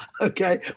okay